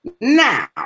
Now